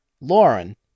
Lauren